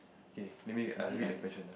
K let me err read the question ah